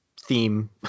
theme